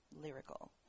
lyrical